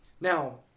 Now